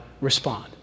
respond